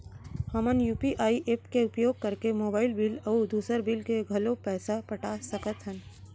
हमन UPI app के उपयोग करके मोबाइल बिल अऊ दुसर बिल के घलो पैसा पटा सकत हन